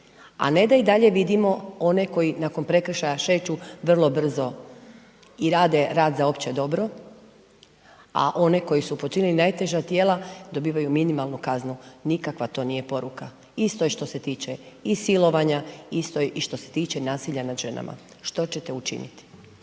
a ne da i dalje vidimo one koji nakon prekršaja kreću vrlo brzo i rade rad za opće dobro a one koji su počinili najteža djela dobivaju minimalnu kaznu, nikakva to nije poruka. Isto je što se tiče i silovanja, isto je i što se tiče nasilja nad ženama. Što ćete učiniti?